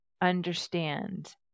understand